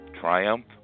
Triumph